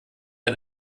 ein